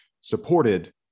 supported